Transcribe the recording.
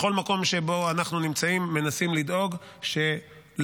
בכל מקום שבו אנחנו נמצאים מנסים לדאוג שלעולים